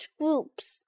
groups